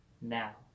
now